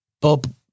Bob